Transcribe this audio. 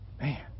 Man